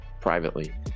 privately